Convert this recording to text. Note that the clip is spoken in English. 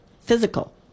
physical